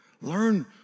Learn